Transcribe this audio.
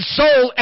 soul